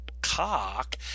cock